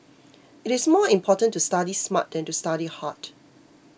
it is more important to study smart than to study hard